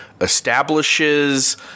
establishes